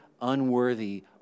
unworthy